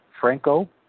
Franco